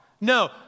No